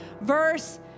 verse